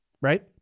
right